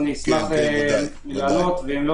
אשמח לענות לשאלות, אם יש.